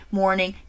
morning